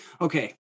Okay